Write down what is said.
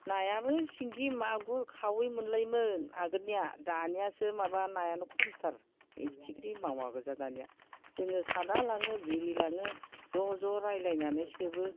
नायाबो सिंगि मागुर खावै मोनलायोमोन आगोलनिया दानियासो माबा नायानो खमथार ओइ फिथिख्रि मावा गोजा दानिया जोङो सादा लाङो बिरि लाङो ज' ज' रायज्लायनानै सोबो